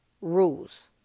rules